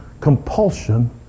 compulsion